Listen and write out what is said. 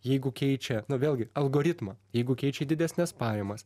jeigu keičia nu vėlgi algoritma jeigu keičia į didesnes pajamas